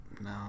No